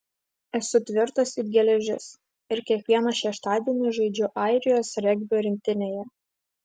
esu tvirtas it geležis ir kiekvieną šeštadienį žaidžiu airijos regbio rinktinėje